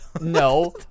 no